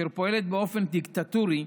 אשר פועלת באופן דיקטטורי,